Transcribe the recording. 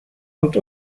und